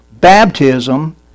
Baptism